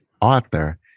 author